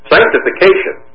Sanctification